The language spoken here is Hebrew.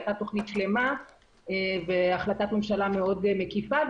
הייתה תוכנית שלמה והחלטת ממשלה מאוד מקיפה.